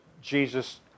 Jesus